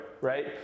right